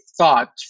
thought